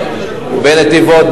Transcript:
בנתיבות,